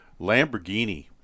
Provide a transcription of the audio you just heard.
Lamborghini